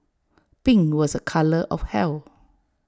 pink was A colour of health